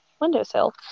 windowsill